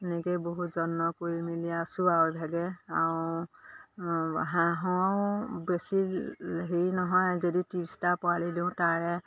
এনেকৈয়ে বহুত যত্ন কৰি মেলি আছোঁ আৰু এইভাগে আৰু হাঁহৰো বেছি হেৰি নহয় যদি ত্ৰিছটা পোৱালি দিওঁ তাৰে